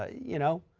you know,